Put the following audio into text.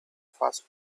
first